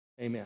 Amen